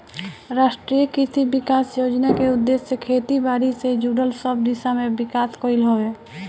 राष्ट्रीय कृषि विकास योजना के उद्देश्य खेती बारी से जुड़ल सब दिशा में विकास कईल हवे